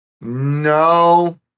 no